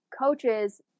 coaches